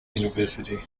university